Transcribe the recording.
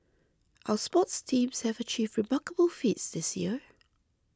our sports teams have achieved remarkable feats this year